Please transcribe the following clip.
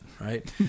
right